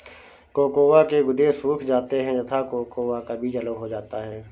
cocoa के गुदे सूख जाते हैं तथा कोकोआ का बीज अलग हो जाता है